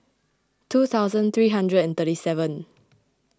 two thousand three hundred and thirty seven